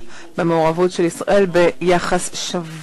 חברות וחברי הכנסת בהווה